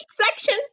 section